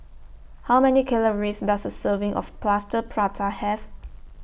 How Many Calories Does A Serving of Plaster Prata Have